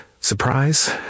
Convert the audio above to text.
Surprise